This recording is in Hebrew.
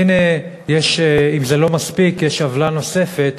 אז הנה, אם זה לא מספיק, יש עוולה נוספת,